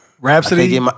Rhapsody